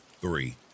three